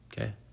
Okay